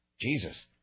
Jesus